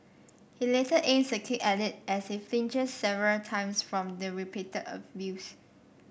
he later aims a kick at it as it flinches several times from the repeated abuse